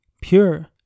pure